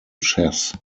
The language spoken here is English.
chess